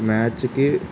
మ్యాచ్కి